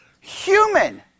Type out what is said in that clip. human